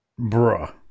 Bruh